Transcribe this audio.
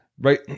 right